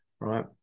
right